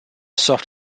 served